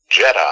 Jedi